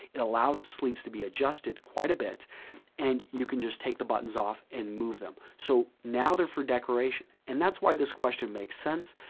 it allows the sleeves to be adjusted quite a bit and you can just take the buttons off and move them, so now they're for decoration. and that's why this question makes sense.